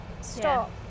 stop